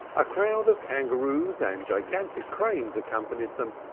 a crowd of kangaroos and gigantic cranes accompanied them,